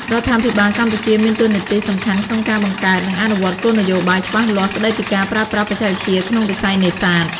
រដ្ឋាភិបាលកម្ពុជាមានតួនាទីសំខាន់ក្នុងការបង្កើត និងអនុវត្តគោលនយោបាយច្បាស់លាស់ស្ដីពីការប្រើប្រាស់បច្ចេកវិទ្យាក្នុងវិស័យនេសាទ។